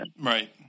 right